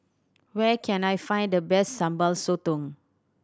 where can I find the best Sambal Sotong